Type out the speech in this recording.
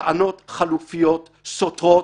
טענות חלופיות, סותרות,